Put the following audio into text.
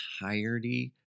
entirety